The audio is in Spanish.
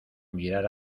mirar